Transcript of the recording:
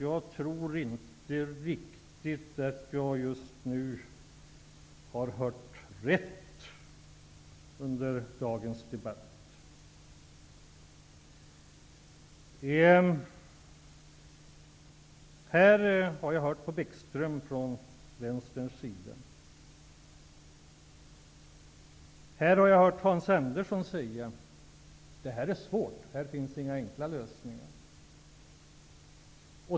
Jag tror just nu att jag inte riktigt har hört rätt under dagens debatt. Jag har lyssnat till Lars Bäckström från Vänsterpartiet, och jag har hört hans partikamrat Hans Andersson säga: Det här är svårt. Här finns inga enkla lösningar.